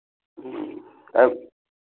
ꯎꯝ